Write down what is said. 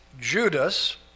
Judas